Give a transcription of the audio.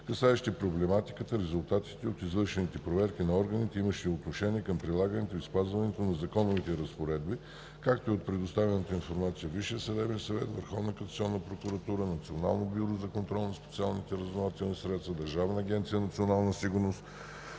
касаещи проблематиката, резултатите от извършените проверки на органите, имащи отношение към прилагането и спазването на законовите разпоредби, както и от предоставената информация от Висшия съдебен съвет, Върховната касационна прокуратура, Националното бюро за контрол на специалните разузнавателни средства, Държавната агенция „Национална сигурност“,